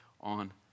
on